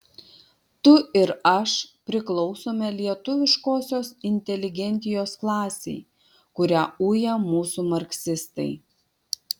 tu ir aš priklausome lietuviškosios inteligentijos klasei kurią uja mūsų marksistai